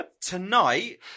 Tonight